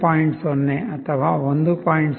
0 ಅಥವಾ 1